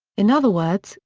in other words,